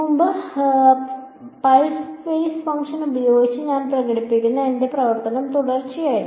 മുമ്പ് pulse base function ഉപയോഗിച്ച് ഞാൻ പ്രകടിപ്പിക്കുന്ന എന്റെ പ്രവർത്തനം തുടർച്ചയായിരുന്നു